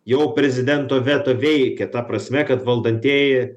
jau prezidento veto veikia ta prasme kad valdantieji